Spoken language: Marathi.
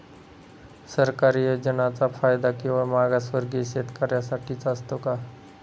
सरकारी योजनांचा फायदा केवळ मागासवर्गीय शेतकऱ्यांसाठीच असतो का?